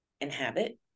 inhabit